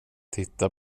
titta